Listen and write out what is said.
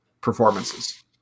performances